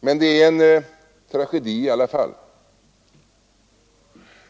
Men det är en tragedi i alla fall.